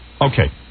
Okay